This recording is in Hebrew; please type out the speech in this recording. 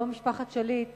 היום יצאה משפחת שליט